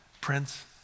prince